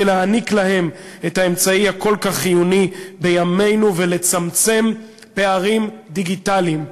להעניק להם את האמצעי הכל-כך חיוני בימינו ולצמצם פערים דיגיטליים.